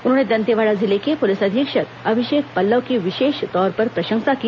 उन्होंने दंतेवाड़ा जिले के पुलिस अधीक्षक अभिषेक पल्लव की विशेष तौर पर प्रशंसा की